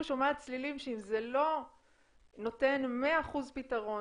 שומעת צלילים שאם זה לא נותן 100% פתרון,